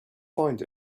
find